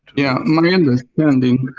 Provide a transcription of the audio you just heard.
yeah, my understanding.